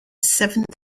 seventh